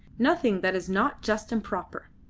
nothing that is not just and proper.